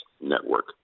network